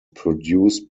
produced